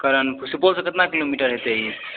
करणपुर सुपौलसँ केतना किलोमीटर हेतय ई